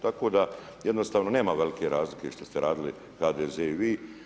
Tako da jednostavno nema velike razlike što ste radili HDZ i vi.